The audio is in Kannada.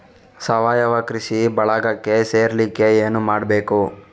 ಸಾವಯವ ಕೃಷಿ ಬಳಗಕ್ಕೆ ಸೇರ್ಲಿಕ್ಕೆ ಏನು ಮಾಡ್ಬೇಕು?